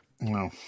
No